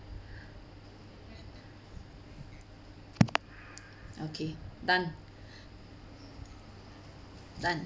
okay done done